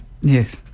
Yes